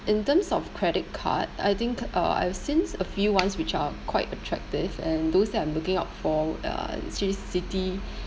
in terms of credit card I think uh I've seen a few ones which are quite attractive and those that I'm looking out for uh city